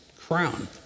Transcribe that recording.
crown